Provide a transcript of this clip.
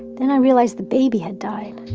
then i realized the baby had died.